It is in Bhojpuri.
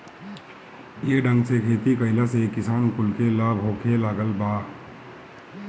ये ढंग से खेती कइला से किसान कुल के लाभ होखे लागल बा